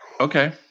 Okay